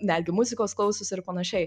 netgi muzikos klausosi ir panašiai